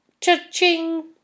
Cha-ching